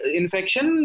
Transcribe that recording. infection